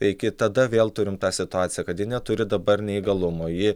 iki tada vėl turim tą situaciją kad ji neturi dabar neįgalumo ji